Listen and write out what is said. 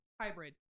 hybrid